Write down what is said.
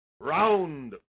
Round